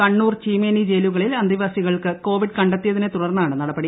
കണ്ണൂർ ചീമേനി ജയിലുകളിൽ അന്തേവാസികൾക്ക് ക്കോപിഡ് കണ്ടെത്തിയതിനെ തുടർന്നാണ് നടപടി